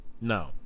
No